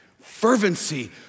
Fervency